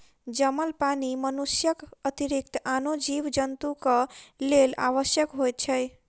जमल पानि मनुष्यक अतिरिक्त आनो जीव जन्तुक लेल आवश्यक होइत छै